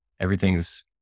Everything's